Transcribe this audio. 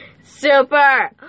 super